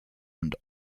und